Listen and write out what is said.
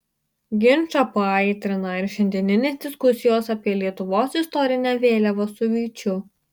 ginčą paaitrina ir šiandieninės diskusijos apie lietuvos istorinę vėliavą su vyčiu